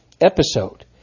episode